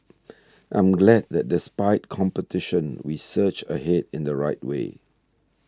I'm glad that despite competition we surged ahead in the right way